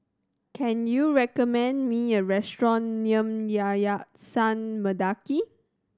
can you recommend me a restaurant near Yayasan Mendaki